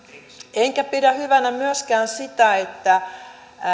enkä pidä hyvänä myöskään sitä että